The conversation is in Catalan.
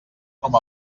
com